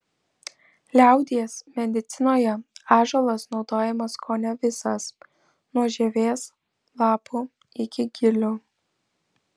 liaudies medicinoje ąžuolas naudojamas kone visas nuo žievės lapų iki gilių